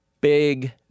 big